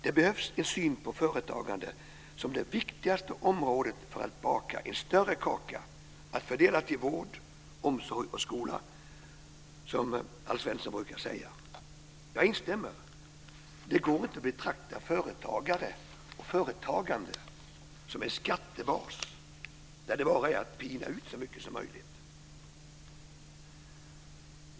Det behövs en syn på företagande som det viktigaste området för att baka en större kaka att fördela till vård, omsorg och skola, som Alf Svensson brukar säga. Jag instämmer. Det går inte att betrakta företagare och företagande som en skattebas där det bara är att pina ut så mycket som möjligt.